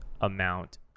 amount